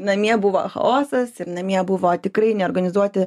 namie buvo chaosas ir namie buvo tikrai neorganizuoti